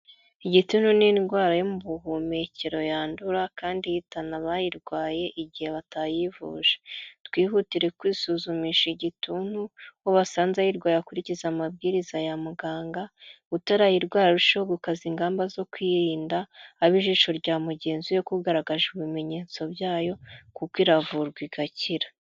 Igituntu ni indwara yo mu buhumekero yandura kandi ihitana abayirwaye igihe batayivuje; twihutire kwisuzumisha igituntu, uwo basanze ayirwaye akurikiza amabwiriza ya muganga, utarayirwara arusheho gukaza ingamba zo kwirinda, abe ijisho rya mugenzi we ku ugaragaje ibimenyetso byayo, kuko iravurwa igakira.